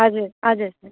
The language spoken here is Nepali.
हजुर हजुर